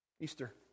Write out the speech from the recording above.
Easter